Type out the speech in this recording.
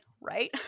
right